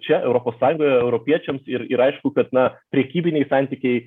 čia europos sąjungoje europiečiams ir ir aišku kad na prekybiniai santykiai